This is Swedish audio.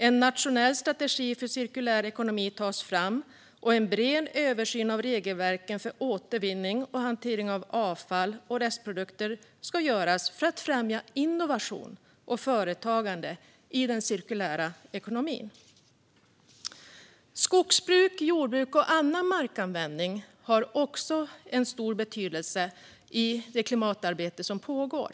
En nationell strategi för cirkulär ekonomi tas fram, och en bred översyn av regelverken för återvinning och hantering av avfall och restprodukter ska göras för att främja innovation och företagande i den cirkulära ekonomin. Skogsbruk, jordbruk och annan markanvändning har också en stor betydelse i det klimatarbete som pågår.